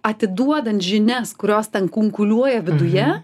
atiduodant žinias kurios ten kunkuliuoja viduje